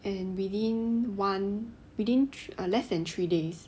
and within one within less than three days